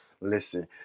listen